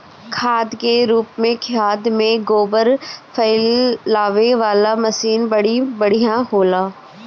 खाद के रूप में खेत में गोबर फइलावे वाला मशीन बड़ी बढ़िया होला